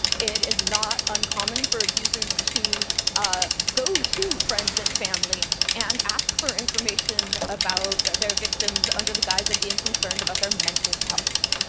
it is not uncommon for abusers to ah go to friends and family and ask for information about their victims under the guise of being concerned about their mental health.